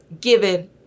given